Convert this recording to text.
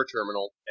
terminal